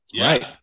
Right